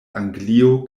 anglio